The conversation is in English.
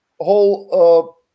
whole